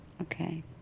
Okay